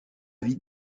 vie